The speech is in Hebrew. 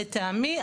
לטעמי,